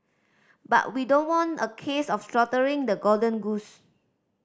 but we don't want a case of slaughtering the golden goose